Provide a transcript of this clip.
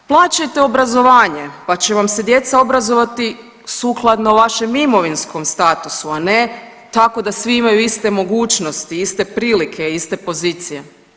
Plaćajte obrazovanje pa će vam se djeca obrazovati sukladno vašem imovinskom statusu, a ne tako da svi imaju iste mogućnosti, iste prilike, iste pozicije.